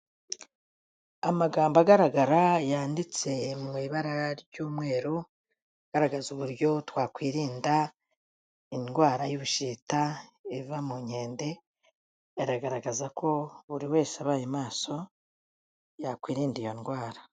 Amagambo agaragara yanditse mu ibara ry'umweru, agaragaza uburyo twakwirinda indwara y'ubushita iva mu nkende, aragaragaza ko buri wese abaye maso yakwirinda iyo ndwara.